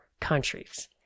countries